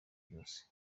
ryose